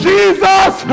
Jesus